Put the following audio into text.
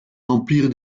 empire